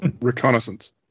Reconnaissance